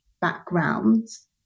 backgrounds